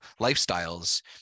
lifestyles